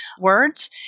words